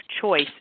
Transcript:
choice